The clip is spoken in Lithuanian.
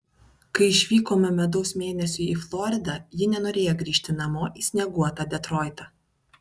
kai išvykome medaus mėnesiui į floridą ji nenorėjo grįžti namo į snieguotą detroitą